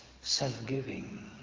self-giving